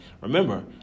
Remember